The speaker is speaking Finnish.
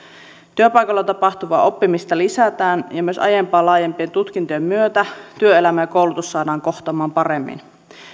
työpaikoilla tapahtuvaa oppimista lisätään ja myös aiempaa laajempien tutkintojen myötä työelämä ja koulutus saadaan kohtaamaan paremmin